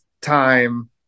time